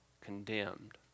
condemned